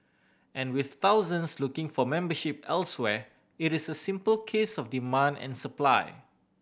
and with thousands looking for membership elsewhere it is a simple case of demand and supply